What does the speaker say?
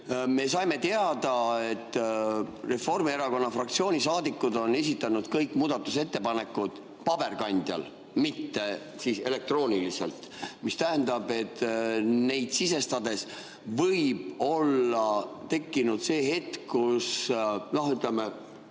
Me saime teada, et Reformierakonna fraktsiooni saadikud on esitanud kõik muudatusettepanekud paberkandjal, mitte elektrooniliselt. See tähendab, et neid sisestades võib olla tekkinud see hetk, kui, ütleme,